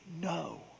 no